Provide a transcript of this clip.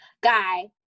guy